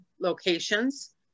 locations